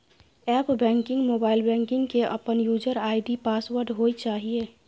app banking, mobile banking के अपन user ID password होय चाहिए